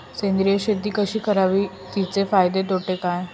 सेंद्रिय शेती कशी करावी? तिचे फायदे तोटे काय?